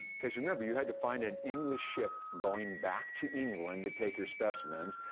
cause remember, you had to find an english ship going back to england to take your specimens,